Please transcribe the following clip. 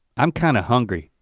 i'm kind of hungry,